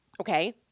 okay